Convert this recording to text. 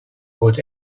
good